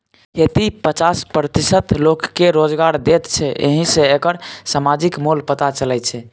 खेती पचास प्रतिशत लोककेँ रोजगार दैत छै एहि सँ एकर समाजिक मोल पता चलै छै